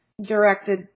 directed